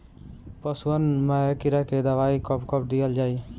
पशुअन मैं कीड़ा के दवाई कब कब दिहल जाई?